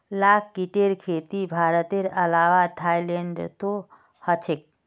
लाख कीटेर खेती भारतेर अलावा थाईलैंडतो ह छेक